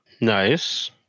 Nice